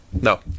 No